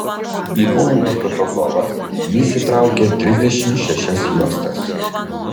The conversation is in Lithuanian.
į poėmio protokolą jis įtraukė trisdešimt šešias juostas